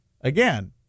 again